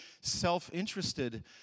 self-interested